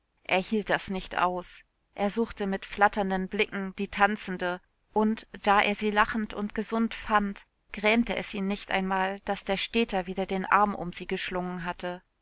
hielt das nicht aus er suchte mit flatternden blicken die tanzende und da er sie lachend und gesund fand grämte es ihn nicht einmal daß der städter wieder den arm um sie geschlungen hatte